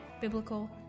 biblical